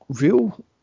real